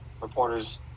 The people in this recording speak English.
reporters